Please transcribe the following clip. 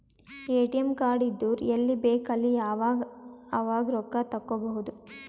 ATM card ಇದ್ದುರ್ ಎಲ್ಲಿ ಬೇಕ್ ಅಲ್ಲಿ ಯಾವಾಗ್ ಅವಾಗ್ ರೊಕ್ಕಾ ತೆಕ್ಕೋಭೌದು